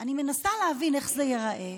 אני מנסה להבין איך זה ייראה,